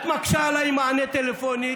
את מקשה עליי עם מענה טלפוני.